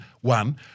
one